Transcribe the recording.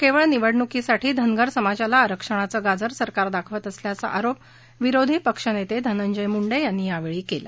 केवळ निवडणूकीसाठी धनगर समाजाला आरक्षणाचं गाजर सरकार दाखवत असल्याचा आरोप विरोधी पक्षनेते धनंजय मुंडे यांनी यावेळी केला